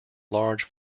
large